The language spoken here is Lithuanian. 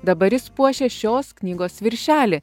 dabar jis puošia šios knygos viršelį